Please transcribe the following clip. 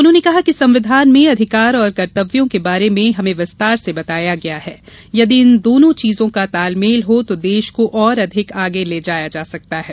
उन्होंने कहा कि संविधान में अधिकार और कर्तव्यों के बारे में हमें विस्तार से बताया गया है यदि इन दोनो चीजों का तालमेल हो तो देश को और अधिक आगे ले जाया जा सकता है